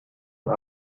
all